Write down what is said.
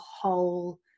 whole